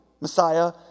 Messiah